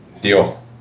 deal